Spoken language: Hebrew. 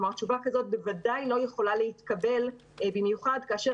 כלומר תשובה כזאת בוודאי לא יכולה להתקבל במיוחד כאשר